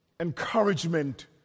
Encouragement